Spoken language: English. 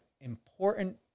important